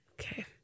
Okay